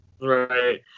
Right